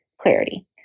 clarity